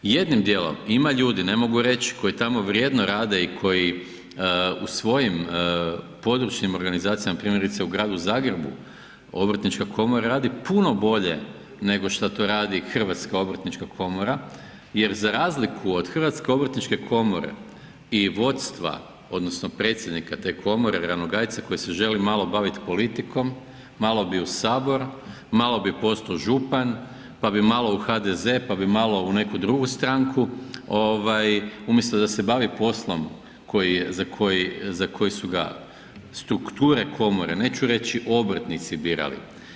Jednim dijelom ima ljudi, ne mogu reći koji tamo vrijedno rade i koji u svojim područnim organizacijama primjerice u gradu Zagrebu, obrtnička komora radi puno bolje nego šta to radi HOK jer za razliku od HOK-a i vodstva, odnosno predsjednika te komore Ranogajca koji se želi malo baviti politikom, malo bi u Sabor, malo bi postao župan pa bi malo u HDZ, pa bi malo u neku drugu stranku umjesto da se bavi poslom za koji su ga strukture komore, neću reći obrtnici birali.